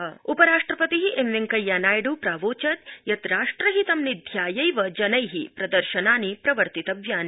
उपराष्ट्रपति उपराष्ट्रपति एम् वेंकैया नायड़ू प्रावोचद् यत् राष्ट्रहितं निध्यायैव जनै प्रदर्शनम् कर्तव्यम्